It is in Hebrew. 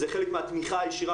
זה חלק מהתמיכה הישירה.